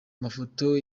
mafoto